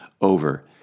over